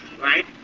Right